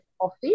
office